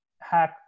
hack